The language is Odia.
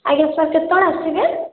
ଆଜ୍ଞା ସାର୍ କେତେବେଳେ ଆସିବେ